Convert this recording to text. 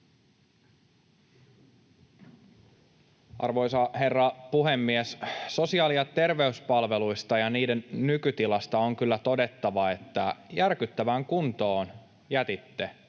Arvoisa herra puhemies! Sosiaali- ja terveyspalveluista ja niiden nykytilasta on kyllä todettava, että järkyttävään kuntoon jätitte sosiaali-